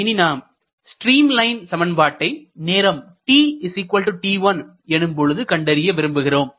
இனி நாம் streamline சமன்பாட்டை நேரம் tt1 எனும்பொழுது கண்டறிய விரும்புகிறோம்